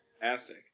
Fantastic